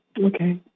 Okay